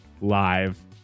live